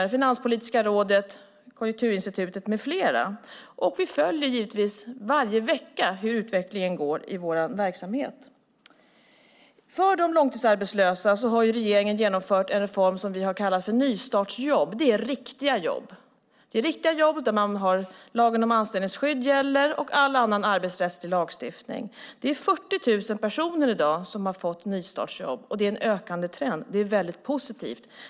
Vi har Finanspolitiska rådet, Konjunkturinstitutet med flera. Vi följer givetvis varje vecka hur utvecklingen går i vår verksamhet. För de långtidsarbetslösa har regeringen genomfört en reform som vi har kallat för nystartsjobb. Det är riktiga jobb där lagen om anställningsskydd och all annan arbetsrättslig lagstiftning gäller. Det är 40 000 personer i dag som har fått nystartsjobb, och det är en ökande trend. Det är väldigt positivt.